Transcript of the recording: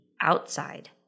outside